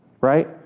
Right